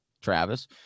travis